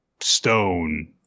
stone